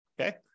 Okay